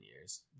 years